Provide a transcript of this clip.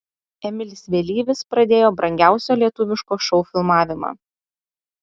emilis vėlyvis pradėjo brangiausio lietuviško šou filmavimą